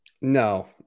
No